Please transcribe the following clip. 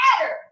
better